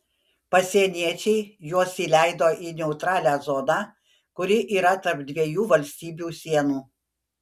pasieniečiai juos įleido į neutralią zoną kuri yra tarp dviejų valstybių sienų